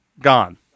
gone